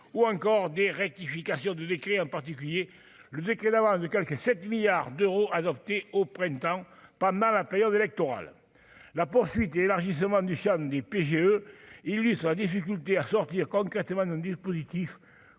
ou encore des rectifications du décret en particulier le décret d'avoir de quelque 7 milliards d'euros, adopté au printemps pendant la période électorale la poursuite et l'élargissement du Champ des PGE il lui sa difficulté à sortir concrètement un dispositif